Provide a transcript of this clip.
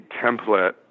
template